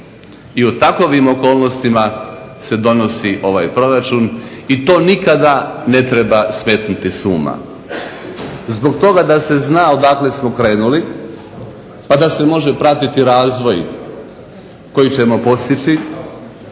I u takovim okolnostima se donosi ovaj proračun i to nikada ne treba smetnuti s uma. Zbog toga da se zna odakle smo krenuli pa da se može pratiti razvoj koji ćemo postići,